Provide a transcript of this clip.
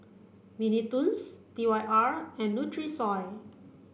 Mini Toons T Y R and Nutrisoy